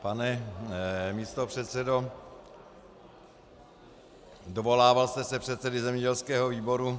Pane místopředsedo, dovolával jste se předsedy zemědělského výboru